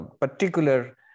particular